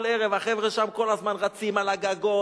כל ערב החבר'ה שם כל הזמן רצים על הגגות.